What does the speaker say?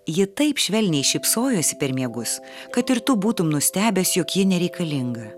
ji taip švelniai šypsojosi per miegus kad ir tu būtum nustebęs jog ji nereikalinga